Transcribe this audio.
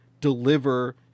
deliver